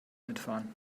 mitfahren